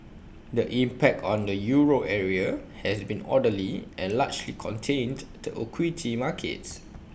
the impact on the euro area has been orderly and largely contained to equity markets